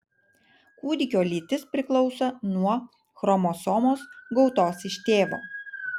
kūdikio lytis priklauso nuo chromosomos gautos iš tėvo